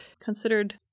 considered